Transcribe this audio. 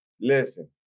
Listen